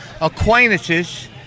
acquaintances